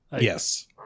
yes